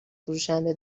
فروشنده